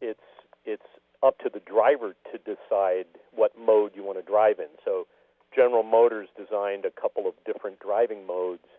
it's it's up to the driver to decide what mode you want to drive and so general motors designed a couple of different driving modes